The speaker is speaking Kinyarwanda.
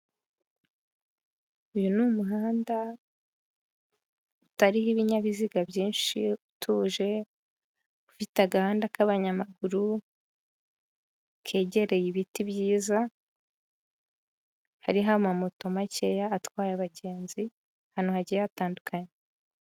Uyu ni umuhanda utariho ibinyabiziga byinshi, utuje ufite agahanda k'abanyamaguru kegereye ibiti byiza, hariho amamoto makeya atwaye abagenzi ahantu hagiye hatandukanye.